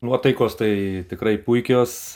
nuotaikos tai tikrai puikios